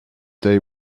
they